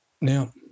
Now